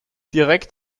direkt